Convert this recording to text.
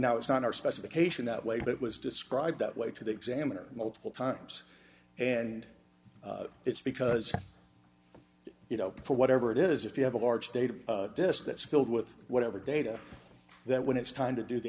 and now it's not our specification that way but it was described that way to the examiner multiple times and it's because you know whatever it is if you have a large data disk that's filled with whatever data then when it's time to do the